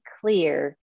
clear